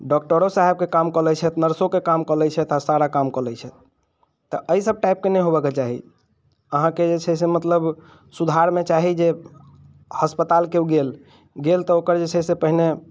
डॉक्टरो साहबके काम कऽ लै छथि नर्सोके काम कऽ लै छथि आओर सारा काम कऽ लै छथि तऽ अइ सभ टाइपके नहि होबाक चाही अहाँके जे छै से मतलब सुधारमे चाही जे अस्पताल केओ गेल गेल तऽ ओकर जे छै से पहिने